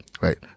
right